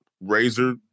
razor